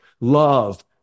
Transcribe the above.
love